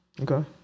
Okay